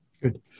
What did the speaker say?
Good